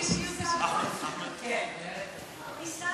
אבל חבר,